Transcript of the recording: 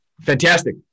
Fantastic